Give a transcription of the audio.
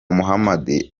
muhamadi